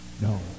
No